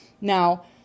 Now